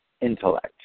intellect